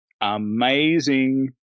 amazing